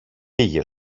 πήγε